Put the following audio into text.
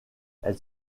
elle